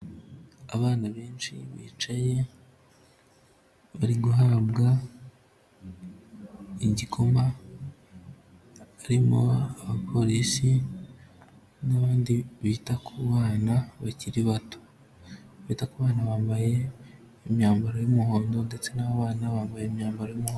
Abana benshi bicaye bari guhabwa igikoma, harimo abapolisi n'abandi bita ku bana bakiri bato, abita ku bana bambaye imyambaro y'umuhondo ndetse n'abo bana bambaye imyambaro y'umuhondo.